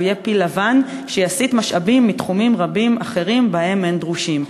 יהיה פיל לבן שיסיט משאבים מתחומים רבים אחרים שבהם הם דרושים".